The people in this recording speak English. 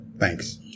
Thanks